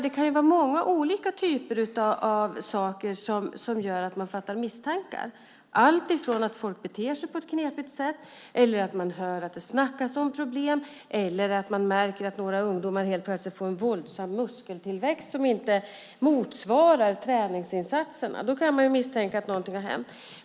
Det kan vara många olika typer av saker som gör att man fattar misstankar, alltifrån att folk beter sig på ett knepigt sätt, att man hör att det snackas om problem eller att man märker att några ungdomar helt plötsligt får en våldsam muskeltillväxt som inte motsvarar träningsinsatserna. Då kan man misstänka att något har hänt.